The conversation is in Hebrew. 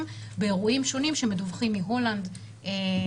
באירועים שונים שמדווחים מהולנד וכולי.